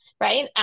right